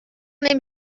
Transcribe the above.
نمی